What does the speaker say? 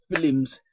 films